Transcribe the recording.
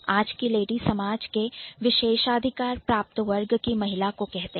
आज की लेडी समाज के विशेषाधिकार प्राप्त वर्ग की महिला को कहते हैं